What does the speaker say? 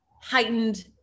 heightened